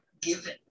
given